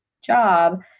job